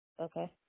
Okay